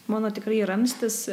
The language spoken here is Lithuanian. mano tikrai ramstis